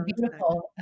beautiful